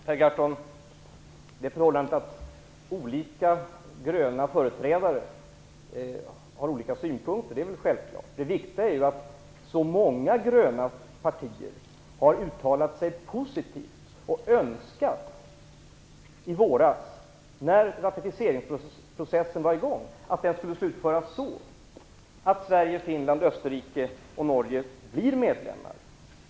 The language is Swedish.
Herr talman! Per Gahrton, det förhållande att olika företrädare för den gröna rörelsen har olika synpunkter är väl självklart. Men det viktiga är att så många gröna partier i Europa har uttalat sig positivt. I våras när ratificeringsprocessen var i gång önskade de att den skulle slutföras så att Sverige, Finland, Norge och Österrike blir medlemmar.